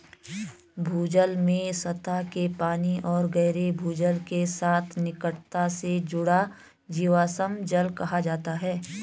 भूजल में सतह के पानी और गहरे भूजल के साथ निकटता से जुड़ा जीवाश्म जल कहा जाता है